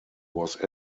was